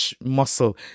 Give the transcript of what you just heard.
muscle